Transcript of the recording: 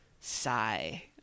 Sigh